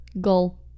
Goal